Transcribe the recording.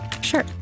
Sure